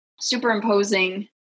superimposing